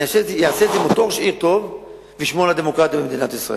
אני אעשה את זה עם אותו ראש עיר טוב ואשמור על הדמוקרטיה במדינת ישראל.